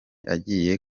agiye